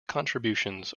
contributions